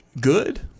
Good